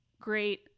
great